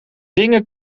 dingen